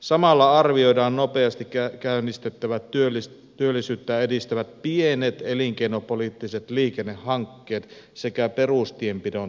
samalla arvioidaan nopeasti käynnistettävät työllisyyttä edistävät pienet elinkeinopoliittiset liikennehankkeet sekä perustienpidon tarpeet